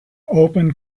open